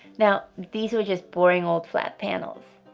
now, these are just boring old flat panels.